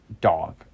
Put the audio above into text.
dog